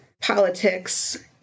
politics